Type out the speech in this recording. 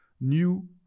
new